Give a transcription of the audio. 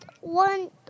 one